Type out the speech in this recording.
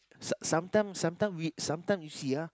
sa~ sometime sometime we sometime we see ah